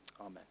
amen